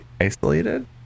isolated